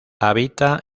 habita